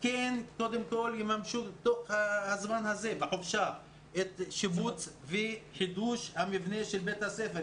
שיממשו בזמן חופשת הקיץ את שיפוץ וחידוש מבנה בית הספר.